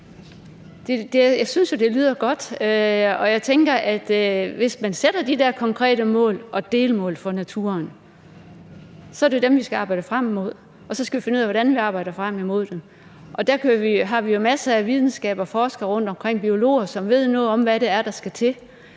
og jeg tænker, at hvis man sætter de der konkrete mål og delmål for naturen, er det jo dem, vi skal arbejde frem imod, og så skal vi finde ud af, hvordan vi arbejder frem imod dem. Der har vi jo meget videnskab, og vi har masser af forskere rundtomkring, biologer, som ved noget om, hvad det er, der skal til.